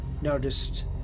noticed